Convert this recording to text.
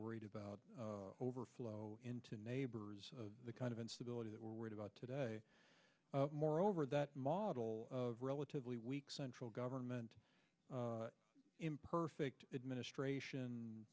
worried about overflow into neighbors of the kind of instability that we're worried about today moreover that model relatively weak central government imperfect administration